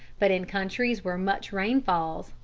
but in countries where much rain falls,